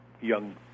young